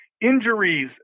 Injuries